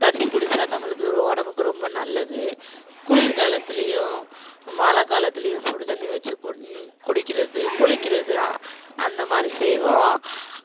தண்ணி குடித்தா நம்மளுக்கு உடம்புக்கு ரொம்ப நல்லது குளிர்க்காலத்திலேயும் மழைக் காலத்திலேயும் சுடுத்தண்ணி வச்சு குடிக்கிறது குளிக்கிறது அந்த மாதிரி செய்வோம்